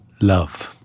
love